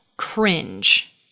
cringe